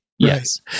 Yes